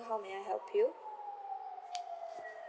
how may I help you